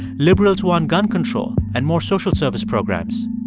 liberals want gun control and more social service programs.